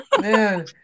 man